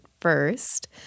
first